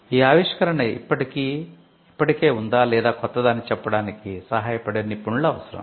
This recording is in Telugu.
ఈ ఆవిష్కరణ ఇప్పటికే ఉందా లేదా కొత్తదా అని చెప్పడానికి సహాయపడే నిపుణులు అవసరం